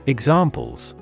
Examples